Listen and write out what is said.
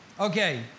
Okay